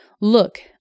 Look